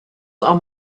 are